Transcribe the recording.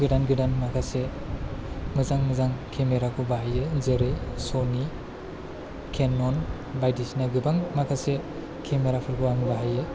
गोदान गोदान माखासे मोजां मोजां केमेराखौ बाहायो जेरै स'नि केन'न बायदिसिना गोबां माखासे केमेरा फोरखौ बाहायो